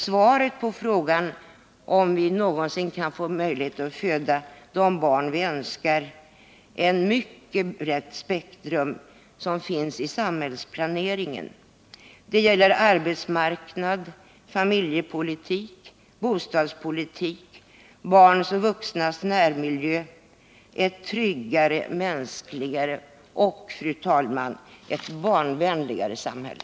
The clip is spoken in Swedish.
Svaret finns då i ett mycket brett spektrum av samhällsplaneringen: arbetsmarknaden, familjepolitiken, bostadspolitiken, barns och vuxnas närmiljö, ett tryggare, mänskligare och barnvänligare samhälle.